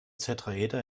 tetraeder